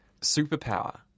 superpower